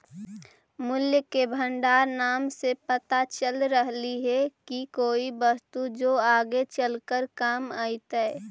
मूल्य के भंडार नाम से पता लग रहलई हे की कोई वस्तु जो आगे चलकर काम अतई